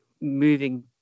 moving